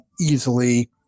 easily